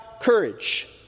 courage